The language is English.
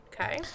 okay